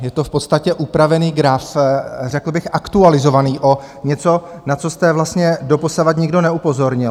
Je to v podstatě upravený graf, řekl bych aktualizovaný, o něco, na co jste vlastně doposavad nikdo neupozornil.